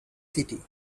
city